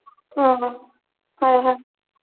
ꯑꯣ ꯍꯣꯏ ꯍꯣꯏ